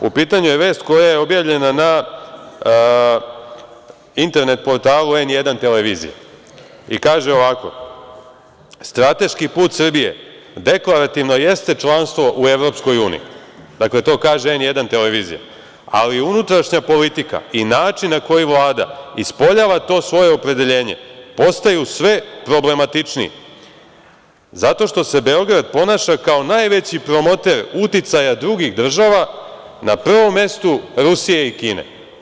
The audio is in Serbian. U pitanju je vest koja je objavljena na internet portalu N1 televizije i kaže ovako – strateški put Srbije deklarativno jeste članstvo u EU, dakle, to kaže N1 televizija, ali unutrašnja politika i način na koji Vlada ispoljava to svoje opredeljenje postaju sve problematičniji, zato što se Beograd ponaša kao najveći promoter uticaja drugih država, na prvom mestu Rusije i Kine.